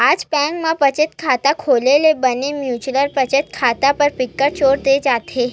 आज बेंक म बचत खाता खोले ले बने म्युचुअल बचत खाता बर बिकट जोर दे जावत हे